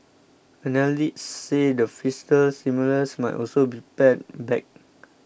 analysts say the fiscal stimulus might also be pared back